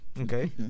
Okay